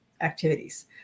activities